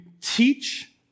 teach